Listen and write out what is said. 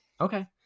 Okay